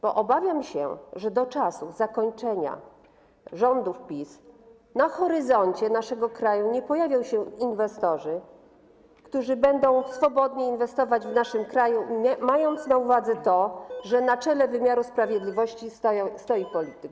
Bo obawiam się, że do czasu zakończenia rządów PiS na horyzoncie naszego kraju nie pojawią się inwestorzy, którzy będą swobodnie inwestować w naszym kraju, mając na uwadze to, że na czele wymiaru sprawiedliwości stoi polityk.